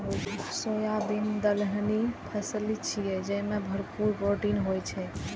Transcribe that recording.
soybean दलहनी फसिल छियै, जेमे भरपूर प्रोटीन होइ छै